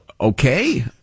okay